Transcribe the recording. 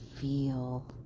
feel